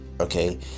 okay